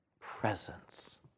presence